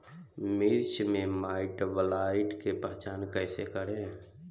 मिर्च मे माईटब्लाइट के पहचान कैसे करे?